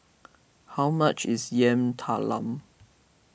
how much is Yam Talam